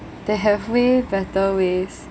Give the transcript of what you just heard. they have way better ways